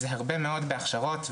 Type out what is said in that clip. הוא הרבה מאוד בהכשרות,